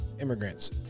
immigrants